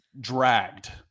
dragged